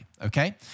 okay